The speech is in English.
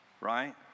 right